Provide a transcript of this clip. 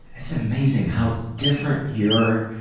it's amazing how different your